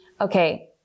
Okay